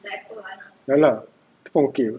ya lah that [one] okay